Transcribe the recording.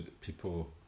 people